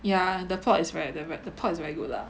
ya the plot is right the plot is very good lah